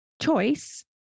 choice